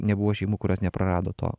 nebuvo šeimų kurios neprarado to